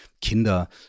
Kinder